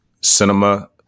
cinema